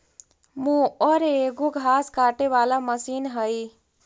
mower एगो घास काटे वाला मशीन हई